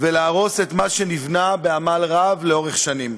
ולהרוס את מה שנבנה בעמל רב לאורך שנים.